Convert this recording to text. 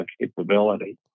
capability